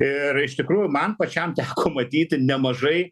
ir iš tikrųjų man pačiam teko matyti nemažai